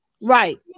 Right